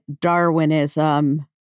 Darwinism